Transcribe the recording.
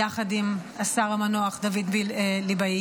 יחד עם השר המנוח דוד ליבאי.